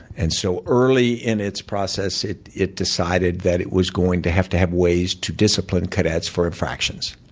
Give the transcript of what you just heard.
and so early in its process it it decided that it was going to have to have ways to discipline cadets for infractions,